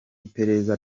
iperereza